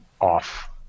off